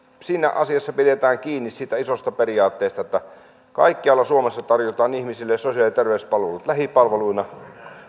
siinä asiassa pidetään kiinni siitä isosta periaatteesta että kaikkialla suomessa tarjotaan ihmisille sosiaali ja terveyspalvelut lähipalveluina